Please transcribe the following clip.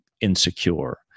insecure